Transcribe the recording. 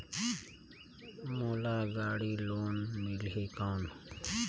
मोला गाड़ी लोन मिलही कौन?